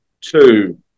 two